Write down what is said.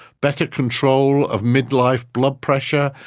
better control of midlife blood pressure,